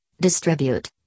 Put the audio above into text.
distribute